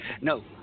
no